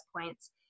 points